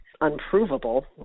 unprovable